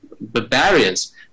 barbarians